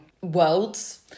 worlds